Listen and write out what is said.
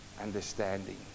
Understanding